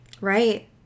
Right